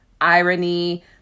irony